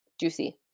Juicy